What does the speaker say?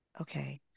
okay